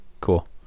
Cool